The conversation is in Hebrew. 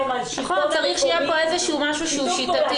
צריך שיהיה משהו שיטתי בתפיסה.